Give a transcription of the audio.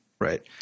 right